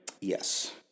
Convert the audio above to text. Yes